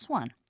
one